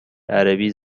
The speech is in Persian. عربی